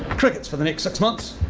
crickets for the next six month,